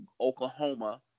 Oklahoma